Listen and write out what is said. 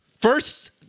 First